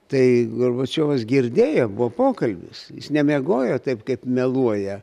tai gorbačiovas girdėjo buvo pokalbis jis nemiegojo taip kaip meluoja